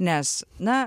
nes na